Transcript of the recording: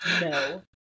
No